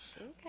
Okay